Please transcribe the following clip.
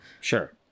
sure